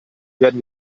werden